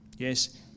Yes